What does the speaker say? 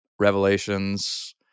revelations